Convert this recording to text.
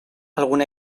algun